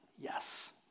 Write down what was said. yes